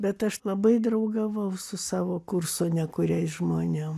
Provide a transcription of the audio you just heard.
bet aš labai draugavau su savo kurso ne kuriais žmonėm